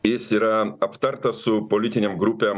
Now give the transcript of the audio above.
jis yra aptartas su politinėm grupėm